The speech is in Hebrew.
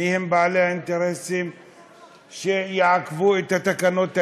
מיהם בעלי האינטרסים שיעכבו את התקנות האלה?